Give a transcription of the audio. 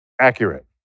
accurate